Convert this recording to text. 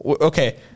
Okay